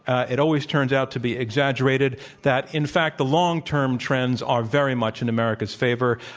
and it always turns out to be exaggerated that, in fact, the long term trends are very much in america's favor,